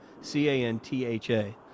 C-A-N-T-H-A